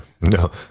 no